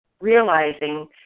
realizing